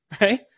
right